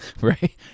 Right